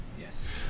Yes